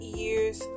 years